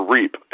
Reap